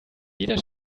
jeder